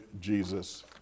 Jesus